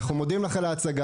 אנחנו מודים לך על ההצגה.